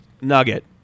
nugget